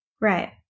Right